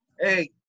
Hey